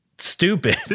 Stupid